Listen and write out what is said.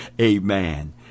amen